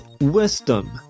wisdom